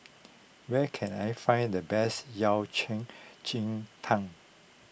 where can I find the best Yao Cai Ji Tang